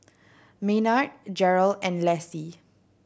Maynard Jerel and Lassie